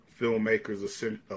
filmmakers